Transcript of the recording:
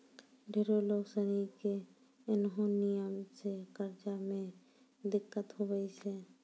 ढेरो लोग सनी के ऐन्हो नियम से कर्जा मे दिक्कत हुवै छै